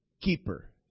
keeper